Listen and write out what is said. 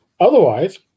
otherwise